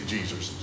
Jesus